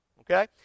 okay